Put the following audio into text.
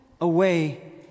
away